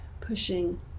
pushing